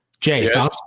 Jay